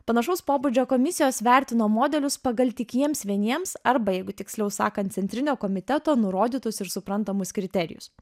panašaus pobūdžio komisijos vertino modelius pagal tik jiems vieniems arba jeigu tiksliau sakant centrinio komiteto nurodytus ir suprantamus kriterijus